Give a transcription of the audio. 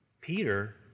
Peter